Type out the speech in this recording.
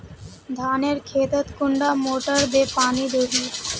धानेर खेतोत कुंडा मोटर दे पानी दोही?